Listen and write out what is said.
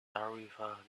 tarifa